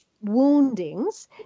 woundings